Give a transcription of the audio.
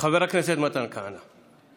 חבר הכנסת מתן כהנא.